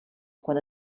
quan